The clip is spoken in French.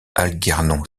algernon